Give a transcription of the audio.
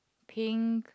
pink